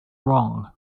wrong